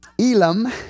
Elam